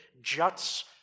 juts